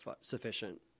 sufficient